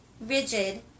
rigid